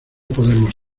podemos